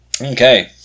Okay